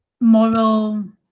moral